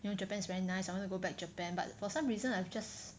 you know Japan is very nice I want to go back Japan but for some reason I've just